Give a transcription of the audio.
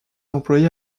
employés